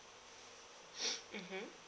mmhmm